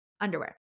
underwear